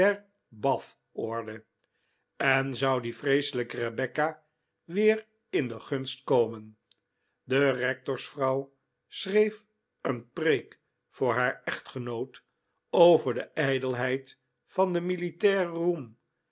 bathorde en zou die vreeselijke rebecca weer in de gunst komen de rectorsvrouw schreef een preek voor haar echtgenoot over de ijdelheid van den militairen roem